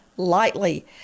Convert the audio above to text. Lightly